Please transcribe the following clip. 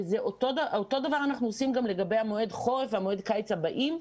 ואותו דבר אנחנו עושים גם לגבי מועד החורף והקיץ הבאים.